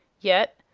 yet,